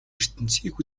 ертөнцийг